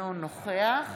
אינו נוכח